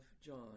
John